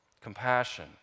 compassion